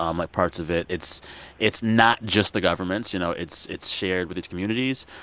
um like, parts of it. it's it's not just the government's. you know, it's it's shared with its communities.